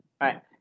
right